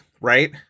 right